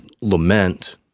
lament